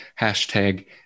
hashtag